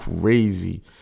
crazy